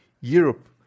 Europe